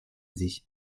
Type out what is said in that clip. sich